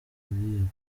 munyakazi